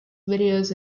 videos